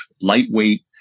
lightweight